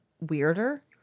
weirder